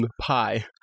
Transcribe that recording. Pie